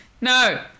no